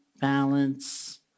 balance